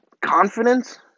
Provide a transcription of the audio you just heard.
Confidence